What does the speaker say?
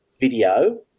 video